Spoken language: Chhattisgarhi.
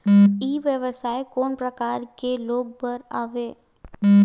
ई व्यवसाय कोन प्रकार के लोग बर आवे?